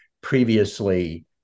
previously